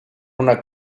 una